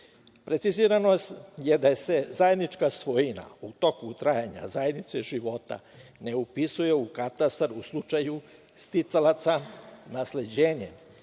Precizirano je da se zajednička svojina u toku trajanja zajednice života ne upisuje u katastar u slučaju sticalaca nasleđenjem